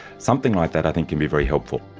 something like that i think can be very helpful.